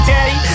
Daddy